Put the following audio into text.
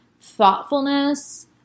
thoughtfulness